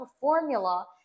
formula